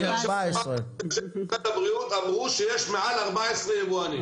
יש 14. אנשי משרד הבריאות אמרו שיש מעל 14 יבואנים.